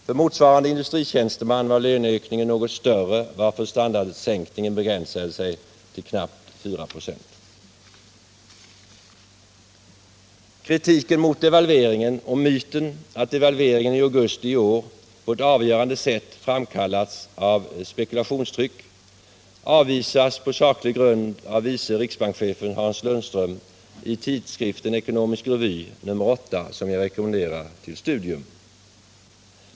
För motsvarande industritjänsteman var löneökningen något större, varför standardsänkningen 55 Kritiken mot devalveringen och myten att devalveringen i augusti i år på ett avgörande sätt framkallats av spekulationstryck avvisas på saklig grund av vice riksbankschefen Hans Lundström i tidskriften Ekonomisk Revy nr 8, som jag rekommenderar till studium.